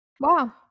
Wow